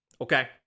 Okay